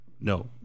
No